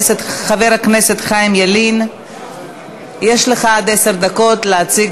חברת הכנסת איילת נחמיאס ורבין מבקשת להצביע